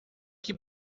que